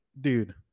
Dude